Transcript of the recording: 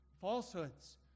falsehoods